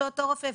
ברוכים הבאים,